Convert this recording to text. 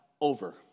over